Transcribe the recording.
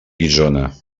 guissona